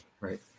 right